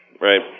right